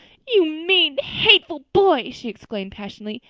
you mean, hateful boy! she exclaimed passionately.